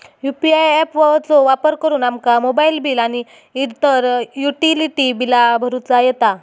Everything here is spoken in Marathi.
यू.पी.आय ऍप चो वापर करुन आमका मोबाईल बिल आणि इतर युटिलिटी बिला भरुचा येता